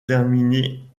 terminer